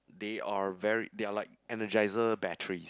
they are very they are like Energizer batteries